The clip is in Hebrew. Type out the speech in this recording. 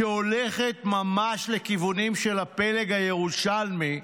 שהולכת ממש לכיוונים של הפלג הירושלמי,